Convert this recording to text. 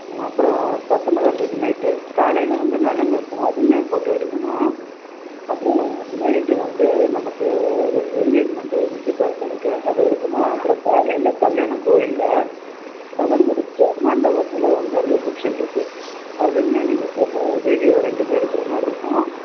ம் அப்புறம் பத்தொன்பதாந்தேதி நைட்டு காலையில் வந்து நலுங்கு வைப்போம் அதுவுமே ஃபோட்டோ எடுக்கணும் அப்புறம் ந நைட்டு வந்து நமக்கு ரெ என்கேஜ்மென்ட் நிச்சயதார்த்தம் இருக்குது அதை எடுக்கணும் அப்புறம் காலையில் கல்யாணம் கோயிலில் அதை முடிச்சுட்டு மண்டபத்தில் வந்து ரிஷப்ஷன் இருக்குது அதுவுமே நீங்கள் ஃபோட்டோ வீடியோ ரெண்டுமே எடுக்கிற மாதிரி இருக்கும்